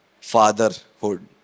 fatherhood